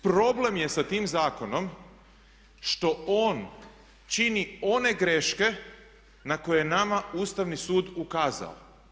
Problem je sa tim zakonom što on čini one greške na koje je nama Ustavni sud ukazao.